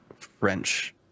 french